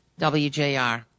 WJR